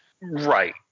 Right